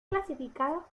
clasificados